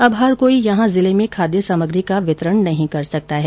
अब हर कोई यहा जिले में खाद् सामग्री का वितरण नहीं कर सकता है